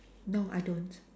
no I don't